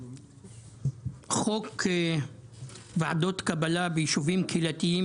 חוק ועדות קבלה ביישובים קהילתיים,